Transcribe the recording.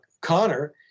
Connor